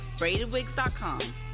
BraidedWigs.com